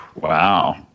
wow